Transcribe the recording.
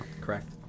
correct